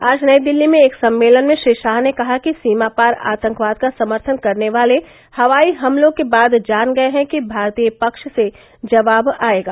आज नई दिल्ली में एक सम्मेलन में श्री शाह ने कहा कि सीमा पार आतंकवाद का समर्थन करने वाले हवाई हमलों के बाद जान गए हैं कि भारतीय पक्ष से जवाब आएगा